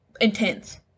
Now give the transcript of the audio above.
intense